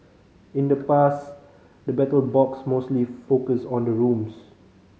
in the past the Battle Box mostly focused on the rooms